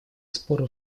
споры